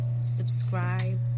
subscribe